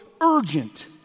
urgent